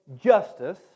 justice